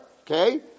okay